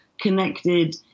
connected